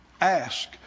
ask